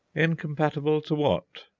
incompatible to what?